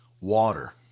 water